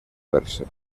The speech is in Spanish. verse